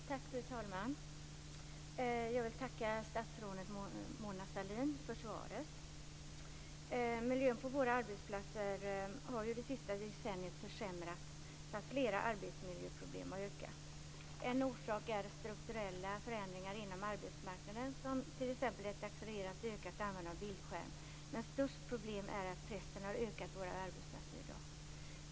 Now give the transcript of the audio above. Fru talman! Jag vill tacka statsrådet Mona Sahlin för svaret. Miljön på våra arbetsplatser har försämrats det sista decenniet, så att flera arbetsmiljöproblem har ökat. En orsak är strukturella förändringar inom arbetsmarknaden, som t.ex. ett accelererat ökat användande av bildskärm. Störst problem är att pressen har ökat på våra arbetsplatser i dag.